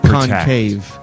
Concave